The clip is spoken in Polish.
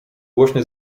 głośny